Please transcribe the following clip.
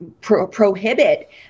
prohibit